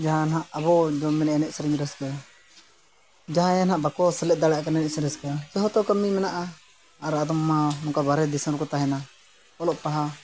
ᱡᱟᱦᱟᱸ ᱱᱟᱜ ᱟᱵᱚ ᱡᱮᱵᱚᱱ ᱢᱮᱱᱮᱜᱼᱟ ᱮᱱᱮᱡ ᱥᱮᱨᱮᱧ ᱨᱟᱹᱥᱠᱟᱹ ᱡᱟᱦᱟᱸᱭ ᱜᱮ ᱱᱟᱜ ᱵᱟᱠᱚ ᱥᱮᱞᱮᱫ ᱫᱟᱲᱮᱭᱟᱜ ᱠᱟᱱᱟ ᱮᱱᱮᱡ ᱥᱮᱨᱮᱧ ᱨᱟᱹᱥᱠᱟᱹ ᱛᱚ ᱦᱚᱭᱛᱚ ᱠᱟᱹᱢᱤ ᱢᱮᱱᱟᱜᱼᱟ ᱟᱨ ᱟᱫᱚᱢ ᱢᱟ ᱱᱚᱝᱠᱟ ᱵᱟᱦᱨᱮ ᱫᱤᱥᱚᱢ ᱨᱮᱠᱚ ᱛᱟᱦᱮᱱᱟ ᱚᱞᱚᱜ ᱯᱟᱲᱦᱟᱣ